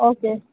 okay